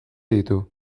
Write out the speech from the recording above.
ditu